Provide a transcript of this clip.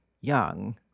young